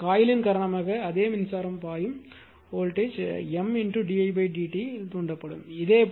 எனவே இந்த காயிலின் காரணமாக அதே மின்சாரம் பாயும் வோல்டேஜ் M di dt இல் தூண்டப்படும்